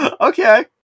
Okay